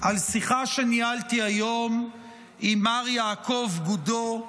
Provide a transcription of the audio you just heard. על שיחה שניהלתי היום עם מר יעקב גודו,